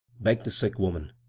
begged the side woman.